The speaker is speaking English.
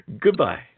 goodbye